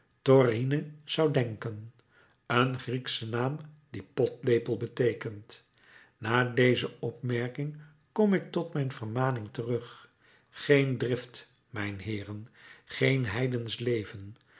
toryne zou denken een griekschen naam die potlepel beteekent na deze opmerking kom ik tot mijn vermaning terug geen drift mijnheeren geen heidensch leven